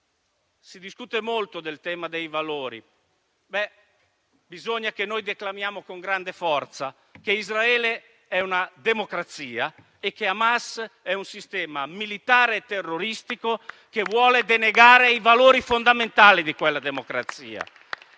si discute molto del tema dei valori. Ebbene, bisogna che noi declamiamo con grande forza che Israele è una democrazia e che Hamas è un sistema militare terroristico che vuole denegare i valori fondamentali di quella democrazia.